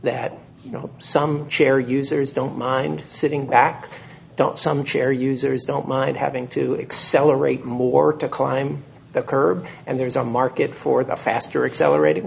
that you know some share users don't mind sitting back don't some share users don't mind having to accelerate more to climb the curb and there's a market for the faster accelerating